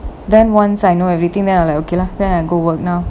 then once I know everything then I'm like okay lah then I go work now